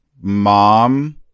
mom